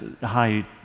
high